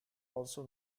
also